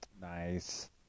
Nice